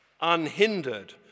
unhindered